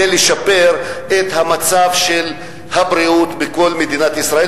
לשפר את מצב הבריאות בכל מדינת ישראל.